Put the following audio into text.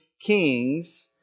kings